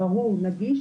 ברור ונגיש,